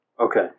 Okay